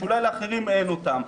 שאולי לאחרים אין אותם,